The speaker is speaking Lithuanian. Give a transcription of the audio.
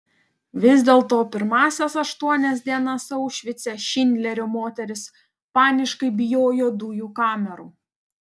vis dėlto pirmąsias aštuonias dienas aušvice šindlerio moterys paniškai bijojo dujų kamerų